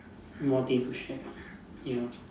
more division ya